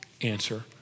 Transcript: answer